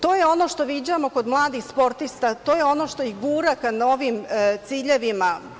To je ono što viđamo kod mladih sportista, to je ono što ih gura novim ciljevima.